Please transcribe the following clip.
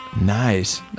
Nice